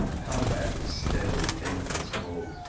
combat is steadily taking its toll.